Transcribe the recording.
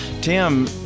Tim